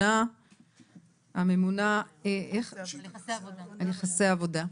הממונה על יחסי עבודה.